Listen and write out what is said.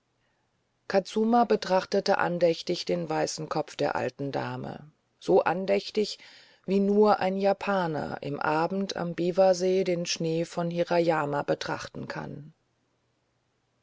kutsuma betrachtete andächtig den weißen kopf der alten dame so andächtig wie nur ein japaner im abend am biwasee den schnee von hirayama betrachten kann